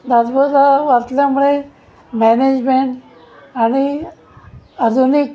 दासबोध वाचल्यामुळे मॅनेजमेंट आणि आधुनिक